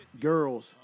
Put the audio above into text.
girls